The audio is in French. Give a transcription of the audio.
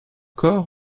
corps